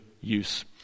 use